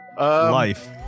life